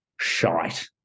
shite